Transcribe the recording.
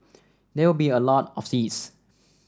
and there will be a lot of seeds